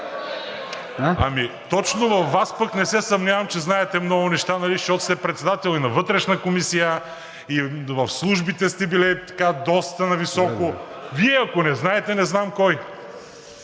МАНЕВ: Точно във Вас пък не се съмнявам, че знаете много неща, защото сте председател и на Вътрешната комисия, и в Службите сте били доста нависоко. Вие, ако не знаете, не знам кой?